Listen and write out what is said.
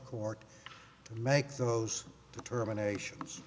court and make those determinations